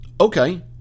Okay